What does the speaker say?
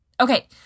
Okay